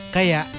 Kaya